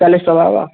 ଚାଲିଶ୍ ଟଙ୍କା ହେବା